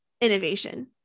innovation